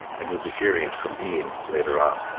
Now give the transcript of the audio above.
and you'll be hearing from ian later on.